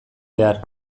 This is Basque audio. behar